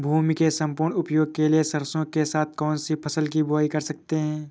भूमि के सम्पूर्ण उपयोग के लिए सरसो के साथ कौन सी फसल की बुआई कर सकते हैं?